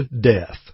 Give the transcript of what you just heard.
death